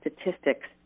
statistics